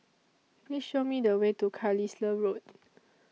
Please Show Me The Way to Carlisle Road